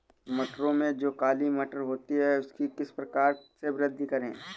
मटरों में जो काली मटर होती है उसकी किस प्रकार से वृद्धि करें?